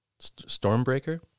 Stormbreaker